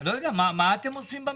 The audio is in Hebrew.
לא יודע, מה אתם עושים במשרד?